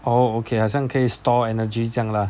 oh okay 好像可以 store energy 这样 lah